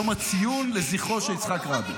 להיות חגיגי --- יום הציון לזכרו של יצחק רבין.